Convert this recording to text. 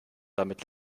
damit